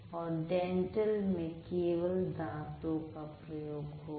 और डेंटल में केवल दांतो का प्रयोग होगा